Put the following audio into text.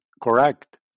correct